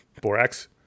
Borax